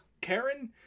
Karen